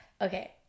okay